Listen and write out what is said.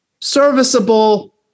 serviceable